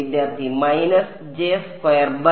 വിദ്യാർത്ഥി minus J square by